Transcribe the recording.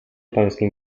pańskim